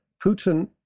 Putin